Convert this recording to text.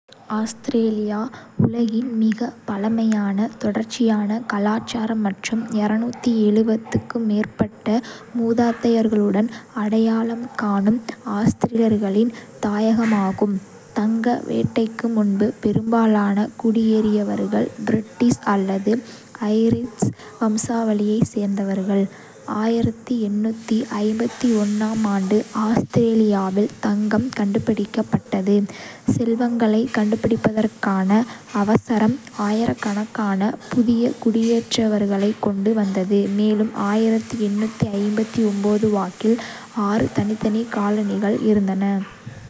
ஆஸ்திரேலியா உலகின் மிகப் பழமையான தொடர்ச்சியான கலாச்சாரம் மற்றும் க்கும் மேற்பட்ட மூதாதையர்களுடன் அடையாளம் காணும் ஆஸ்திரேலியர்களின் தாயகமாகும். தங்க வேட்டைக்கு முன்பு, பெரும்பாலான குடியேறியவர்கள் பிரிட்டிஷ் அல்லது ஐரிஷ் வம்சாவளியைச் சேர்ந்தவர்கள். ஆம் ஆண்டு ஆஸ்திரேலியாவில் தங்கம் கண்டுபிடிக்கப்பட்டது. செல்வங்களைக் கண்டுபிடிப்பதற்கான அவசரம் ஆயிரக்கணக்கான புதிய குடியேறியவர்களைக் கொண்டு வந்தது, மேலும் 1859 வாக்கில், ஆறு தனித்தனி காலனிகள் இருந்தன.